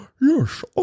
yes